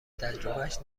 تجربهاش